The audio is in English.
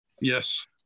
Yes